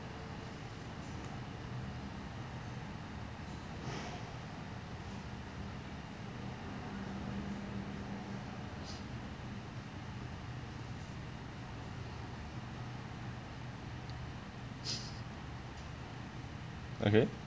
okay